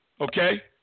Okay